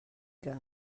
que